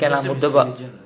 muslim is religion